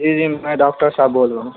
جی جی میں ڈاکٹر صاحب بول رہا ہوں